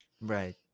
right